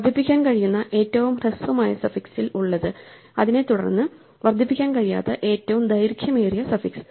വർദ്ധിപ്പിക്കാൻ കഴിയുന്ന ഏറ്റവും ഹ്രസ്വമായ സഫിക്സിൽ ഉള്ളത് അതിനെ തുടർന്ന് വർദ്ധിപ്പിക്കാൻ കഴിയാത്ത ഏറ്റവും ദൈർഘ്യമേറിയ സഫിക്സ്